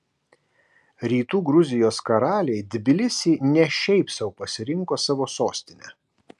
rytų gruzijos karaliai tbilisį ne šiaip sau pasirinko savo sostine